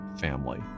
family